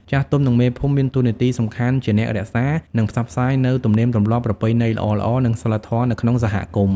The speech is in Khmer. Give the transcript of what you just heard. ចាស់ទុំ និងមេភូមិមានតួនាទីសំខាន់ជាអ្នករក្សា និងផ្សព្វផ្សាយនូវទំនៀមទម្លាប់ ប្រពៃណីល្អៗ និងសីលធម៌នៅក្នុងសហគមន៍។